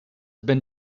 been